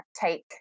take